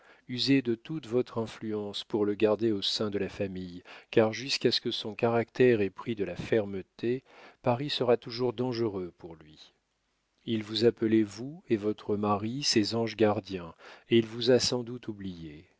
usez de toute votre influence pour le garder au sein de sa famille car jusqu'à ce que son caractère ait pris de la fermeté paris sera toujours dangereux pour lui il vous appelait vous et votre mari ses anges gardiens et il vous a sans doute oubliés